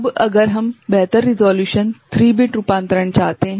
अब अगर हम बेहतर रिसोल्यूशन 3 बिट रूपांतरण चाहते हैं